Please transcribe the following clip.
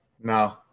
No